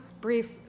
brief